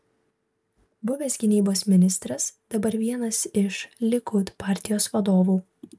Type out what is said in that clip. buvęs gynybos ministras dabar vienas iš likud partijos vadovų